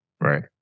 Right